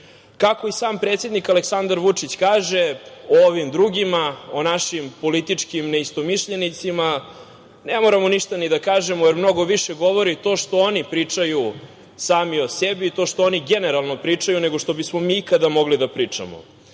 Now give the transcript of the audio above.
i sam predsednik, Aleksandar Vučić kaže o ovim drugima, o našim političkim neistomišljenicima, ne moramo ništa ni da kažemo, jer mnogo više govori to što oni pričaju sami o sebi, to što oni generalno pričaju nego što bismo mi ikada mogli da pričamo.